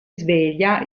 sveglia